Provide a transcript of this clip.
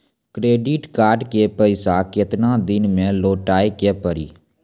Credit card के पैसा केतना दिन मे लौटाए के पड़ी?